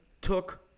took